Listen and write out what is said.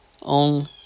on